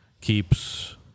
keeps